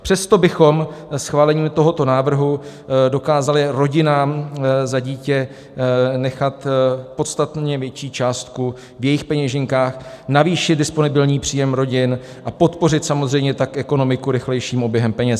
Přesto bychom schválením tohoto návrhu dokázali rodinám za dítě nechat podstatně větší částku v jejich peněženkách, navýšit disponibilní příjem rodin a podpořit samozřejmě tak ekonomiku rychlejším oběhem peněz.